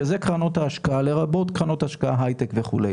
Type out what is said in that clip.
שזה קרנות ההשקעה לרבות קרנות השקעה הייטק וכו'.